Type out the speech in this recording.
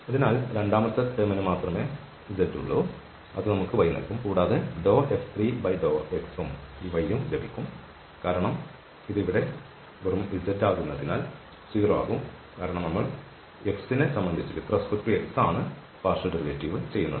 അതിനാൽ രണ്ടാമത്തെ ടേമിന് മാത്രമേ z ഉണ്ട് അത് നമുക്ക് y നൽകും കൂടാതെ ഈ F3∂x യും ഈ y യും ലഭിക്കും കാരണം ഇവിടെ ഇത് വെറും z ആകുന്നതിനാൽ 0 ആകും കാരണം നമ്മൾ x നെ സംബന്ധിച്ച് ഈ ഭാഗിക ഡെറിവേറ്റീവ് ഉണ്ടാക്കുന്നു